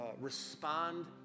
respond